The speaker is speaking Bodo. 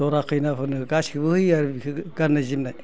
दरा खैनाफोरनो गासैखोबो होयो आरो गाननाय जोमनाय